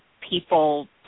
people